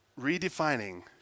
redefining